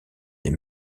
des